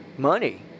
money